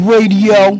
Radio